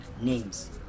names